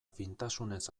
fintasunez